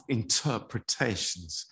interpretations